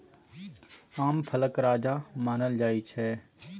आम फलक राजा मानल जाइ छै